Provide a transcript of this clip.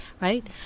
right